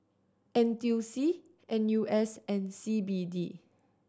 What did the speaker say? N T U C N U S and C B D